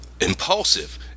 impulsive